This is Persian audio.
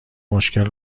مشکل